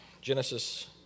Genesis